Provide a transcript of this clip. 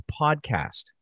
podcast